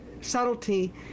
subtlety